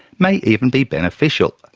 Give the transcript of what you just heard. may even be beneficial.